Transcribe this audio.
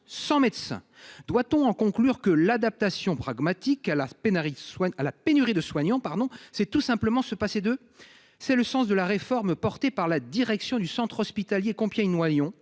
sans médecin. Doit-on en conclure que « l'adaptation pragmatique » à la pénurie de soignants, c'est tout simplement se passer d'eux ? C'est le sens de la réforme engagée par la direction du centre hospitalier intercommunal